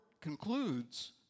concludes